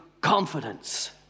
confidence